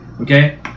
okay